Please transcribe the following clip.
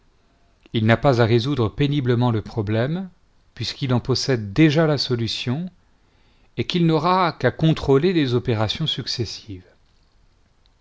il n'a pas à résoudre péniblement le problème puisqu'il en possède déjà la solution et qu'ii n'aura qu'à contrôler les opérations successives